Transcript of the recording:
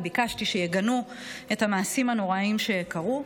וביקשתי שיגנו את המעשים הנוראיים שקרו.